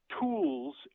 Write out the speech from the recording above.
tools